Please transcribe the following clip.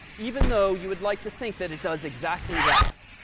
even though you would like to think that it does exactly that.